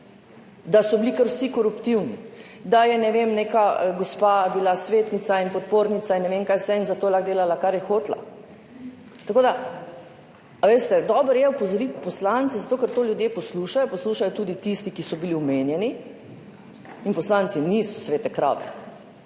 da so bili kar vsi koruptivni, da je, ne vem, neka gospa bila svetnica in podpornica in ne vem, kaj vse, in je zato lahko delala, kar je hotela – veste, dobro je opozoriti poslance, zato ker to ljudje poslušajo. Poslušajo tudi tisti, ki so bili omenjeni. In poslanci niso svete krave,